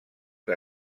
que